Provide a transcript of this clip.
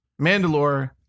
Mandalore